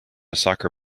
soccer